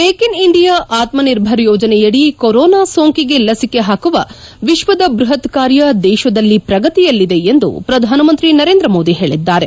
make in India Atma Nirbhar ಯೋಜನೆಯಡಿ corona ಸೋಂಕಿಗೆ ಲಸಿಕೆ ಹಾಕುವ ವಿಶ್ವದ ಬ್ಬಹತ್ ಕಾರ್ಯ ದೇಶದಲ್ಲಿ ಪ್ರಗತಿಯಲ್ಲಿದೆ ಎಂದು ಪ್ರಧಾನ ಮಂತ್ರಿ ನರೇಂದ್ರ ಮೋದಿ ಹೇಳಿದ್ದಾರೆ